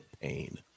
pain